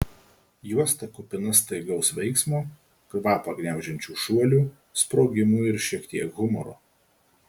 juosta kupina staigaus veiksmo kvapą gniaužiančių šuolių sprogimų ir šiek tiek humoro